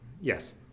Yes